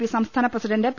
P സംസ്ഥാന president P